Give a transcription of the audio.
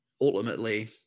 ultimately